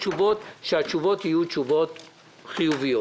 אני מבקש לקבל תשובות בתוך ארבעה חודשים.